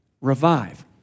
revive